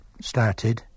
started